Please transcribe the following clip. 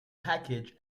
package